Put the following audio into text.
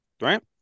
Right